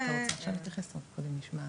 אני רוצה לומר רק משהו